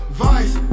vice